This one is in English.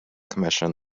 commission